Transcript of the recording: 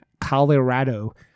Colorado